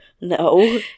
no